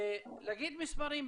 ולהגיד מספרים,